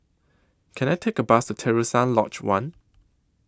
Can I Take A Bus to Terusan Lodge one